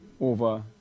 over